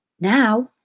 Now